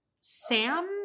Sam